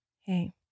hey